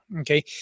Okay